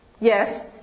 Yes